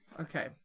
Okay